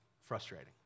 frustrating